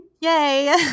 Yay